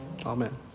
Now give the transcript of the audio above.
amen